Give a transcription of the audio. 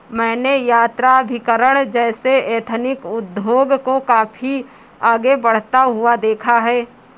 मैंने यात्राभिकरण जैसे एथनिक उद्योग को काफी आगे बढ़ता हुआ देखा है